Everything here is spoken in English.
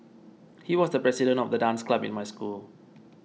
he was the president of the dance club in my school